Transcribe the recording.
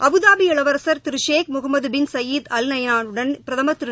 Abu Dhabi இளவரசர் திரு Sheikh Mohammed bin Zayed Al நஹ்யானுடன் பிரதமர் திரு